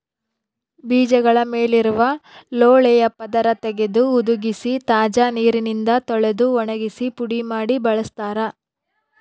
ಬೀಜಗಳ ಮೇಲಿರುವ ಲೋಳೆಯ ಪದರ ತೆಗೆದು ಹುದುಗಿಸಿ ತಾಜಾ ನೀರಿನಿಂದ ತೊಳೆದು ಒಣಗಿಸಿ ಪುಡಿ ಮಾಡಿ ಬಳಸ್ತಾರ